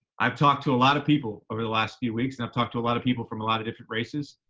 i've talked to a lot of people over the last few weeks, and i've talked to a lot of people from a lot of different races.